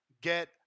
get